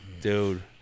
Dude